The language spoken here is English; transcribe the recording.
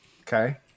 Okay